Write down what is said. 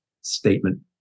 statement